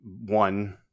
one